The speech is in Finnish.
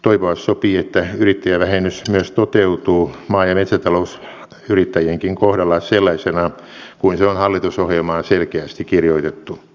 toivoa sopii että yrittäjävähennys myös toteutuu maa ja metsätalousyrittäjienkin kohdalla sellaisena kuin se on hallitusohjelmaan selkeästi kirjoitettu